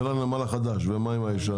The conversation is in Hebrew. זה הנמל החדש, ומה עם הנמל הישן?